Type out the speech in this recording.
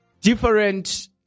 different